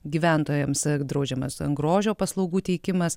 gyventojams draudžiamas grožio paslaugų teikimas